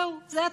זהו, זה התקציב.